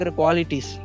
qualities